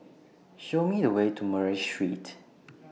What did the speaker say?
Show Me The Way to Murray Street